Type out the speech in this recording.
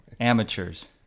Amateurs